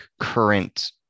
current